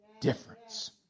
difference